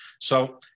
So-